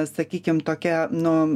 sakykim tokia nu